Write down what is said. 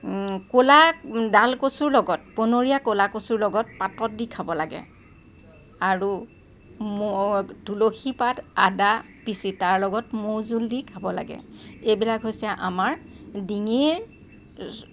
ক'লা ডাল কচুৰ লগত বনৰীয়া ক'লা কচুৰ লগত পাতত দি খাব লাগে আৰু ম তুলসী পাত আদা পিচি তাৰ লগত মৌজোল দি খাব লাগে এইবিলাক হৈছে আমাৰ ডিঙিৰ